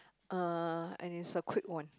uh and is a quick one